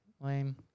Lame